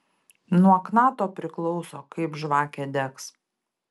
nuo knato priklauso kaip žvakė degs